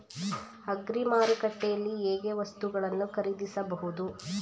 Agri ಮಾರುಕಟ್ಟೆಯಲ್ಲಿ ಹೇಗೆ ವಸ್ತುಗಳನ್ನು ಖರೀದಿಸಬಹುದು?